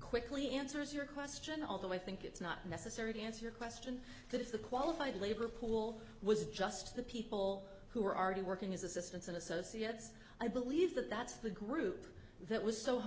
quickly answers your question although i think it's not necessary to answer your question that if the qualified labor pool was just the people who were already working as assistants and associates i believe that that's the group that was so